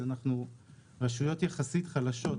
אנחנו רשות יחסית חלשה,